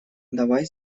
давай